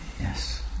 Yes